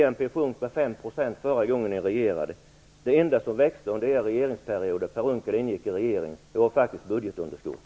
BNP sjönk med 5 % förra gången ni regerade. Det enda som växte under er regeringsperiod, där Per Unckel ingick i regeringen, var budgetunderskottet.